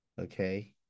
okay